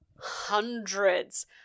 hundreds